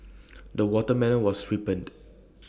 the watermelon was ripened